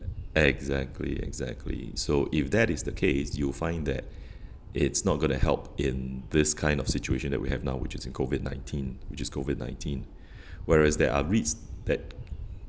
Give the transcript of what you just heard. exactly exactly so if that is the case you'll find that it's not gonna help in this kind of situation that we have now which is COVID nineteen which is COVID nineteen whereas there are REITs that